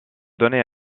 donner